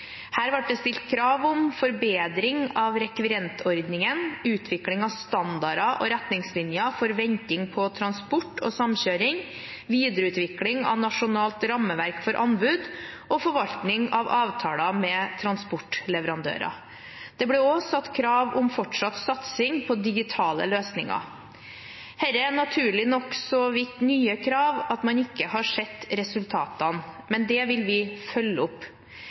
Her ble det stilt krav om forbedring av rekvirentordningen, utvikling av standarder og retningslinjer for venting på transport og samkjøring, videreutvikling av nasjonalt rammeverk for anbud og forvaltning av avtaler med transportleverandører. Det ble også satt krav om fortsatt satsing på digitale løsninger. Dette er naturlig nok så vidt nye krav at man ikke har sett resultatene, men det vil vi følge opp.